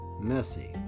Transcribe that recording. messy